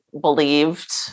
believed